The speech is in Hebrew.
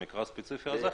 במקרה הספציפי הזה,